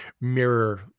mirror